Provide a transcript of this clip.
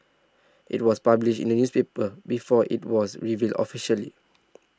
it was published in the newspaper before it was revealed officially